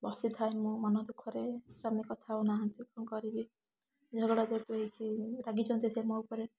ବସିଥାଏ ମୁଁ ମନଦୁଖଃରେ ସ୍ୱାମୀ କଥା ହେଉନାହାଁନ୍ତି କଣ କରିବି ଝଗଡ଼ା ଯେହେତୁ ହେଇଛି ରାଗିଛନ୍ତି ସେ ମୋ ଉପରେ